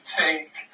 take